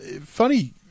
Funny